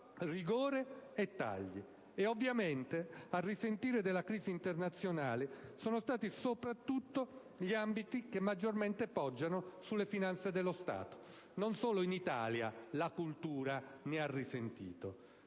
rigori e tagli. Ovviamente, a risentire della crisi internazionale sono stati soprattutto gli ambiti che maggiormente poggiano sulle finanze dello Stato. Quindi, e non solo in Italia, la cultura ne ha risentito